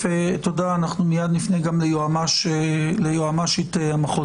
תודה, אנחנו מיד נפנה גם ליועמ"ש המחוז.